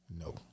No